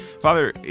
Father